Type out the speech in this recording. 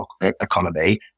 economy